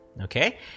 okay